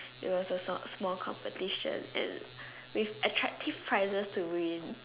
it was a small competition with attractive prizes to win